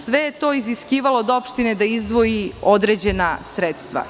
Sve je to iziskivalo od opštine da izdvoji određena sredstava.